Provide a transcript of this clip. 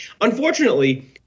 Unfortunately